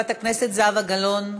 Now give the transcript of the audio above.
זהבה גלאון,